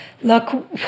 Look